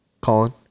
Colin